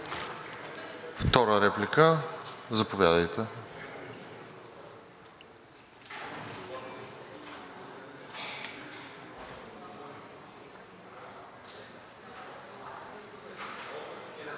Втора реплика? Заповядайте.